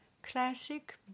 Classic